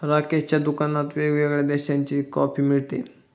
राकेशच्या दुकानात वेगवेगळ्या देशांची कॉफी मिळते